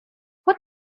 what